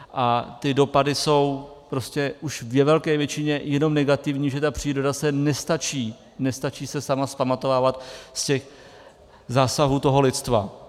A ty dopady jsou prostě už ve velké většině jenom negativní, že ta příroda se nestačí sama vzpamatovávat ze zásahu lidstva.